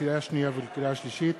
לקריאה שנייה ולקריאה שלישית: